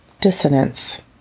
dissonance